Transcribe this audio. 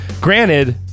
Granted